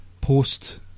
post